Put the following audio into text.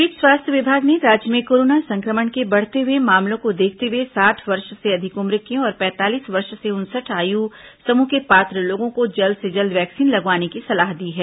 इस बीच स्वास्थ्य विभाग ने राज्य में कोरोना संक्रमण के बढ़ते हुए मामलों को देखते हुए साठ वर्ष से अधिक उम्र के और पैंतालीस वर्ष से उनसठ आयु समूह के पात्र लोगों को जल्द से जल्द वैक्सीन लगवाने की सलाह दी है